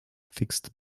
fixed